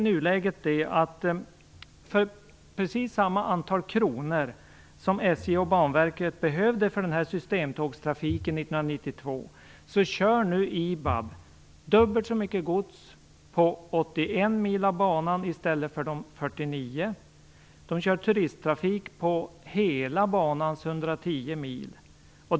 För precis samma antal kronor som SJ och Banverket behövde för systemtågstrafiken 1992 kör nu IBAB dubbelt så mycket gods på 81 mil av banan i stället för på 49 mil. Man kör turisttrafik på hela banans 110 mil.